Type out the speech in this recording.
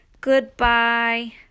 goodbye